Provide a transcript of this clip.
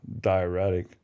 diuretic